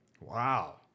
Wow